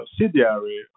subsidiary